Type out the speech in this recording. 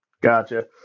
Gotcha